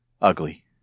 Ugly